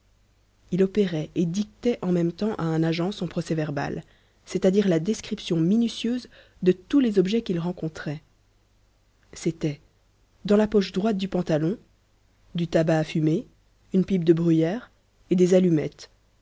il opérait et dictait en même temps à un agent son procès-verbal c'est-à-dire la description minutieuse de tous les objets qu'il rencontrait c'était dans la poche droite du pantalon du tabac à fumer une pipe de bruyère et des allumettes